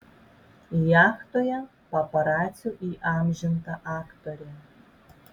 jachtoje paparacių įamžinta aktorė